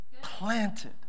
Planted